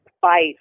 fight